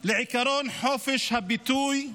לעקרון חופש הביטוי,